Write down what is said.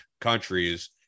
countries